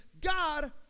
God